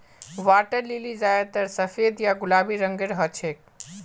water lily ज्यादातर सफेद या गुलाबी रंगेर हछेक